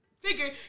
figure